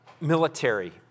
Military